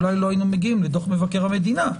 אולי לא היינו מגיעים לדוח מבקר המדינה.